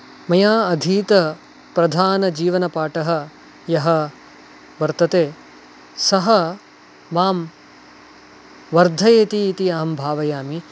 मया अधीतः प्रधानः जीवनपाठः यः वर्तते सः माम् वर्धयति इति अहं भावयामि